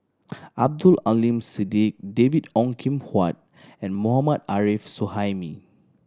Abdul Aleem Siddique David Ong Kim Huat and Mohammad Arif Suhaimi